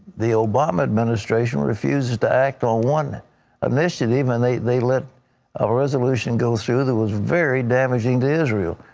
the obama administration refuses to act on one initiative and they they let a resolution go through that was very damaging to israel.